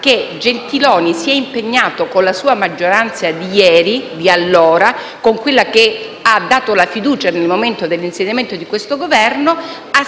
Grazie